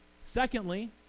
Secondly